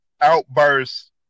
outbursts